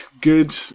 good